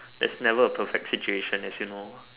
that's never a perfect situation as you know